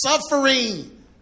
suffering